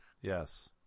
Yes